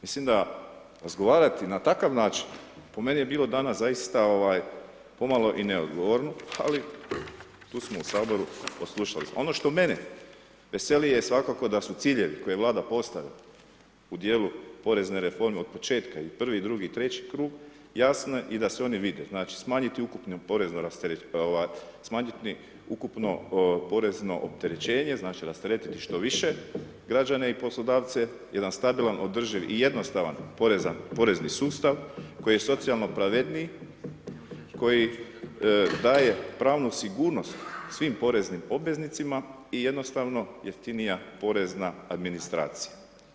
Mislim da razgovarati na takav način po meni je bilo danas zaista ovaj pomalo i neodgovorno, ali tu smo u saboru odslušali smo, ono što mene veseli je svakako da su ciljevi koje je Vlada postavila u dijelu porezne reforme od početka i prvi i drugi i treći krug jasno je i da se oni vide, znači smanjiti ukupno porezno opterećenje znači rasteretiti što više građane i poslodavce, jedan stabilan održiv i jednostavan porezni sustav koji je socijalno pravedniji, koji daje pravnu sigurnost svim poreznim obveznicima i jednostavno jeftinija porezna administracija.